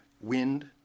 wind